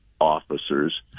officers